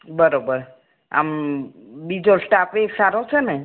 બરાબર આમ બીજો સ્ટાફ બી સારો છે ને